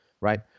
right